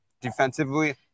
defensively